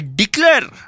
declare